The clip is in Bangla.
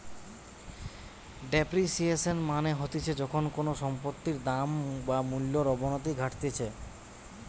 ডেপ্রিসিয়েশন মানে হতিছে যখন কোনো সম্পত্তির দাম বা মূল্যর অবনতি ঘটতিছে